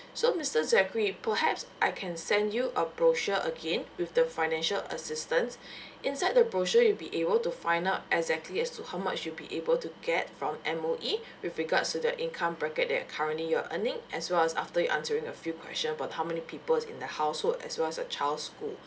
so mister zachary perhaps I can send you a brochure again with the financial assistance inside the brochure you'll be able to find out exactly as to how much you'll be able to get from M_O_E with regards to the income bracket that currently you're earning as well as after you answering a few question about how many people in the household as well as your child's school alright